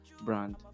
brand